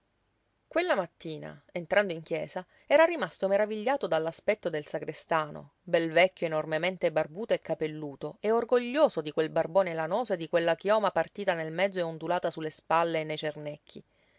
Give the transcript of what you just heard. quella mattina entrando in chiesa era rimasto meravigliato dell'aspetto del sagrestano bel vecchio enormemente barbuto e capelluto e orgoglioso di quel barbone lanoso e di quella chioma partita nel mezzo e ondulata su le spalle e nei